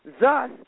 thus